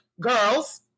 girls